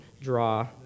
draw